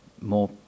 more